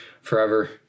forever